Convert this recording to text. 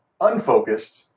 unfocused